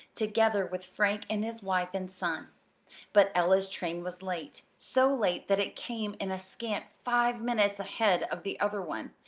together with frank and his wife and son but ella's train was late so late that it came in a scant five minutes ahead of the other one,